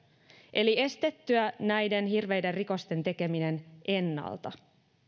eli estettyä näiden hirveiden rikosten tekeminen ennalta